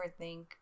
overthink